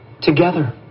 Together